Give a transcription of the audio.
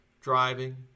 driving